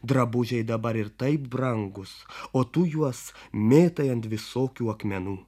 drabužiai dabar ir taip brangūs o tu juos mėtai ant visokių akmenų